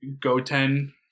Goten